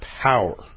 power